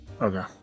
Okay